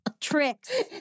Tricks